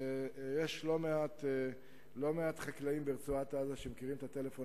שיש לא מעט חקלאים ברצועת-עזה שמכירים את הטלפון